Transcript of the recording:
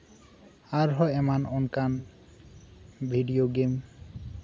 ᱟᱨᱦᱚᱸ ᱮᱢᱟᱱ ᱵᱷᱤᱰᱤᱭᱳ ᱜᱮᱢ